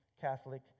Catholic